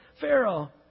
Pharaoh